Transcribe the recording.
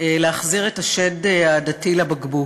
להחזיר את השד העדתי לבקבוק.